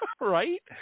Right